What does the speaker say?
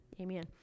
amen